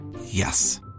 Yes